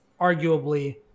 arguably